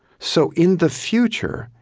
so, in the future,